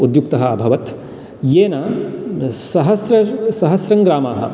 उद्युक्तः अभवत् येन सहस्र सहस्रं ग्रामाः